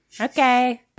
Okay